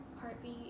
heartbeat